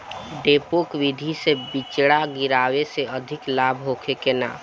डेपोक विधि से बिचड़ा गिरावे से अधिक लाभ होखे की न?